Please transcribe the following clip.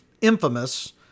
infamous